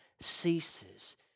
ceases